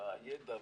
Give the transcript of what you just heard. עם הידע,